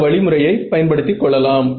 இந்த வழிமுறையை பயன்படுத்தி கொள்ளலாம்